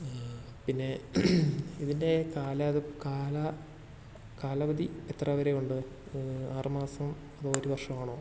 പിന്നെ ഇതിൻ്റെ കാലാത് കാലാ കാലവധി എത്ര വരെ ഉണ്ട് ആറ് മാസം അതോ ഒരു വർഷം ആണോ